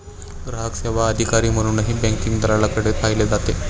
ग्राहक सेवा अधिकारी म्हणूनही बँकिंग दलालाकडे पाहिले जाते